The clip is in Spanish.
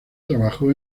trabajó